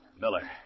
Miller